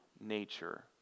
nature